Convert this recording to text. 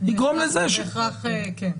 יגרום לזה --- בהכרח כן.